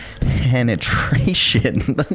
penetration